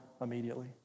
immediately